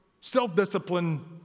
self-discipline